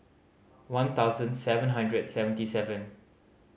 one thousand seven hundred seventy seven